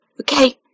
okay